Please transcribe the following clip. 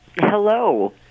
Hello